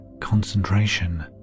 concentration